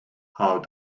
how